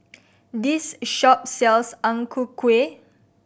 this shop sells Ang Ku Kueh